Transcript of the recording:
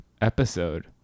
episode